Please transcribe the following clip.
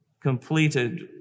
completed